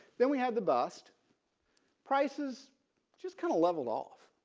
then we had the bust prices just kind of leveled off.